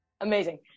amazing